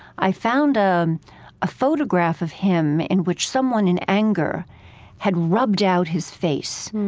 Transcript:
i found a um ah photograph of him in which someone in anger had rubbed out his face,